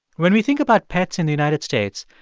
when we think about pets in the united states,